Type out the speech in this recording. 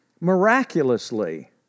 miraculously